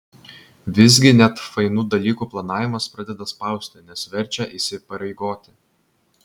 visgi net fainų dalykų planavimas pradeda spausti nes verčia įsipareigoti